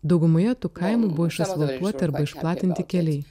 daugumoje tų kaimų buvo išasfaltuoti arba išplatinti keliai